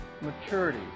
maturity